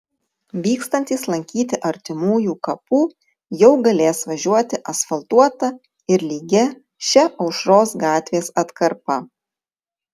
vykstantys lankyti artimųjų kapų jau galės važiuoti asfaltuota ir lygia šia aušros gatvės atkarpa